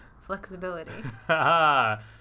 flexibility